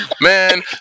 Man